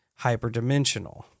hyperdimensional